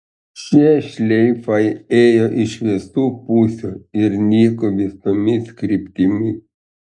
šie šleifai ėjo iš visų pusių ir nyko visomis kryptimis